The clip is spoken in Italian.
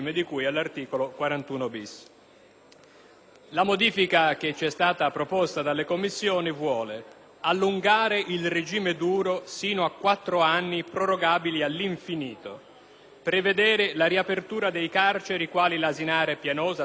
La modifica che ci è stata proposta dalle Commissioni vuole allungare il regime duro sino a quattro anni, prorogabili all'infinito; riaprire carceri quali l'Asinara e Pianosa, chiuse tra l'altro per gli enormi costi di gestione;